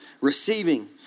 receiving